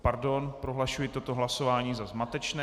Pardon, prohlašuji toto hlasování za zmatečné.